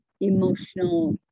emotional